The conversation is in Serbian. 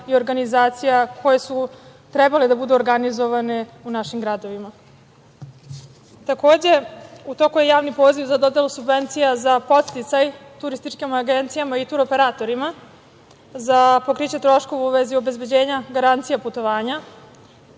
i organizacija koje su trebale da budu organizovane u našim gradovima. Takođe, u toku je javni poziv za dodelu subvencija za podsticaj turističkim agencijama i turoperatorima za pokriće troškova u vezi obezbeđenja, garancija putovanja,